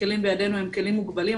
הכלים בידינו הם כלים מוגבלים,